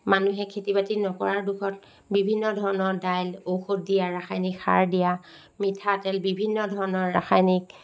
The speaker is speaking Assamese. মানুহে খেতি বাতি নকৰাৰ দোষত বিভিন্ন ধৰণৰ দাইল ঔষধ দিয়া ৰাসায়নিক সাৰ দিয়া মিঠাতেল বিভিন্ন ধৰণৰ ৰাসায়নিক